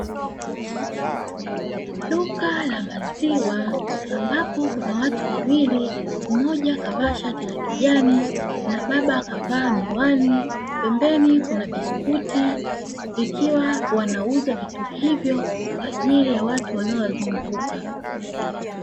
Duka la maziwa ambapo kuna watu wawili, mmoja kavaa shati la kijani na baba kavaa miwani, pembeni kuna biskuti ikiwa wanauza vitu hivyo kwa ajili ya watu wanao wazunguka.